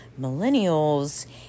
millennials